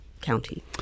county